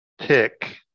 tick